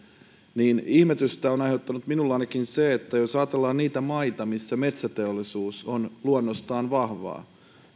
niin ihmetystä on aiheuttanut minulla ainakin se että jos ajatellaan niitä maita missä metsäteollisuus on luonnostaan vahvaa